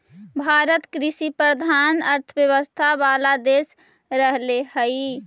भारत कृषिप्रधान अर्थव्यवस्था वाला देश रहले हइ